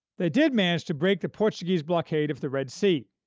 they did manage to break the portuguese blockade of the red sea,